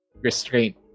restraint